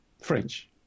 French